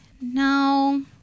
no